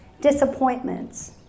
Disappointments